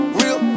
real